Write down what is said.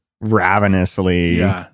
ravenously